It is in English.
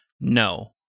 No